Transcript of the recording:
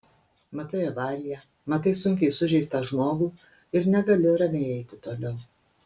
matai avariją matai sunkiai sužeistą žmogų ir negali ramiai eiti toliau